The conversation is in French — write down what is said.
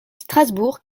strasbourg